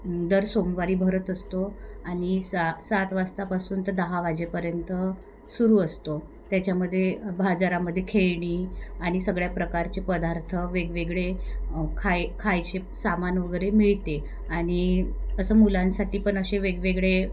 दर सोमवारी भरत असतो आणि सा सात वाजतापासून तर दहा वाजेपर्यंत सुरू असतो त्याच्यामध्ये बाजारामध्ये खेळणी आणि सगळ्या प्रकारचे पदार्थ वेगवेगळे खाय खायचे सामान वगैरे मिळते आणि असं मुलांसाठी पण असे वेगवेगळे